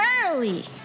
early